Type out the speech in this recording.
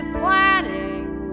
planning